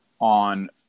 on